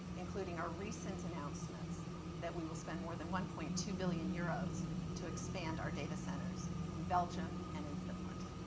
including our recent announcements that we will spend more than one point two billion euros to expand our data centers in belgium and in finland.